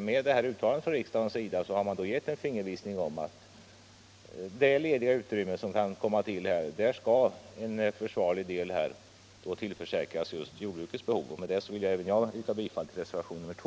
Med detta uttalande har riksdagen då givit en fingervisning om att en försvarlig del av det lediga utrymme som kan komma att uppstå skall tillförsäkras jordbruket. Med detta vill även jag yrka bifall till reservationen 2.